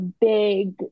big